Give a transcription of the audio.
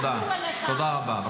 תודה רבה.